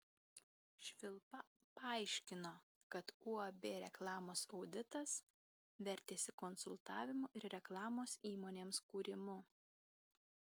švilpa paaiškino kad uab reklamos auditas vertėsi konsultavimu ir reklamos įmonėms kūrimu